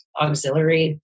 auxiliary